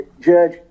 Judge